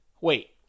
wait